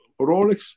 Rolex